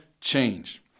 change